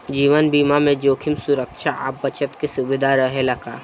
जीवन बीमा में जोखिम सुरक्षा आ बचत के सुविधा रहेला का?